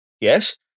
yes